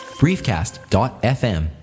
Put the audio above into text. briefcast.fm